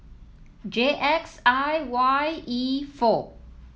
J X I Y E four